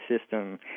system